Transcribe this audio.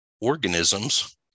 Organisms